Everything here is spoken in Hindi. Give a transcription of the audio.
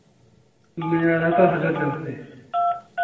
मैं आ रहा था हज़रतगंज से